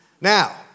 Now